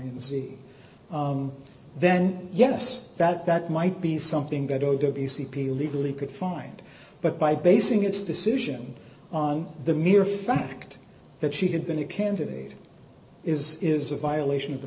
z then yes that that might be something that odo b c p legally could find but by basing its decision on the mere fact that she had been a candidate is is a violation of the